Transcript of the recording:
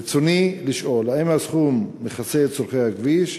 רצוני לשאול: 1. האם הסכום מכסה את צורכי הכביש?